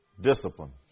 Discipline